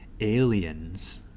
aliens